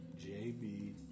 JB